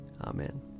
Amen